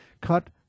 cut